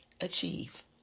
achieve